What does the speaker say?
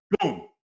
Boom